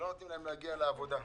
לא נותנים להם להגיע לעבודה.